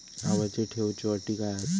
आवर्ती ठेव च्यो अटी काय हत?